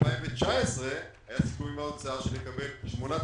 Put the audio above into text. ב-2019 היה סיכום עם האוצר שנקבל שמונה תקנים,